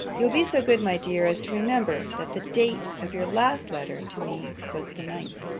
you'll be so good, my dear, as to remember, that the date of your last letter to me was the ninth.